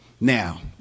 Now